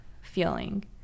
feeling